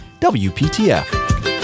WPTF